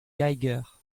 geiger